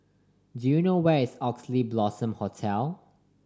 do you know where is Oxley Blossom Hotel